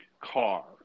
car